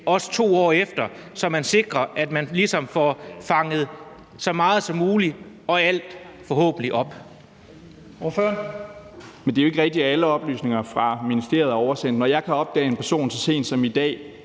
2 år efter. Så man sikrer, at man ligesom får fanget så meget som muligt, og forhåbentlig alt, op.